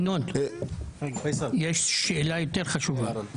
ינון, יש שאלה יותר חשובה.